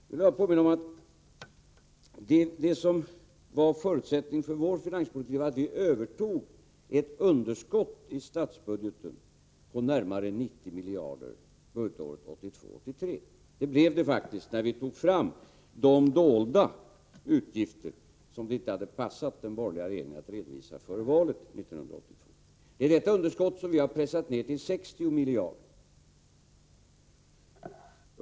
Då vill jag påminna om att det som var förutsättningen för vår finanspolitik var att vi övertog ett underskott i statsbudgeten på närmare 90 miljarder budgetåret 1982/83. Det blev faktiskt den summan när vi tog fram de dolda utgifter som det inte hade passat den borgerliga regeringen att redovisa före valet 1982. Det är detta underskott som vi har pressat ned till 60 miljarder.